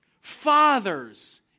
Fathers